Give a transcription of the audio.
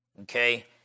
Okay